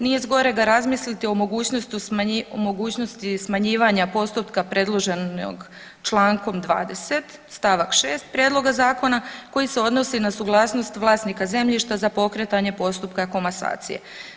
Nije zgorega razmisliti o mogućnosti smanjivanja postotka predloženog čl. 20. st. 6. prijedloga zakona koji se odnosi na suglasnost vlasnika zemljišta za pokretanje postupka komasacije.